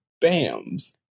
Bam's